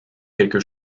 quelque